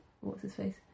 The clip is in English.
What's-his-face